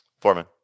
Foreman